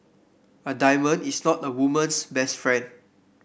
a diamond is not a woman's best friend